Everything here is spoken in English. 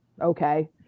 okay